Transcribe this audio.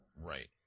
Right